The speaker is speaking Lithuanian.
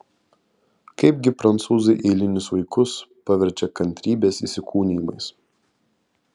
kaipgi prancūzai eilinius vaikus paverčia kantrybės įsikūnijimais